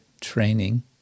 training